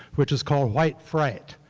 which is called white fright.